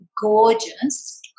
gorgeous